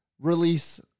release